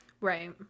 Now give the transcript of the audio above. right